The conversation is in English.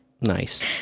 Nice